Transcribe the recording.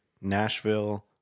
Nashville